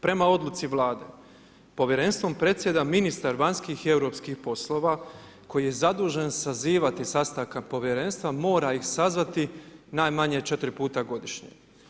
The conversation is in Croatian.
Prema odluci Vlade, Povjerenstvom predsjeda ministar vanjskih i europskih poslova koji je zadužen sazivati sastanka povjerenstva, mora ih sazvati najmanje 4 puta godišnje.